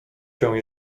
się